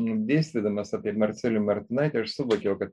dėstydamas apie marcelijų martinaitį aš suvokiau kad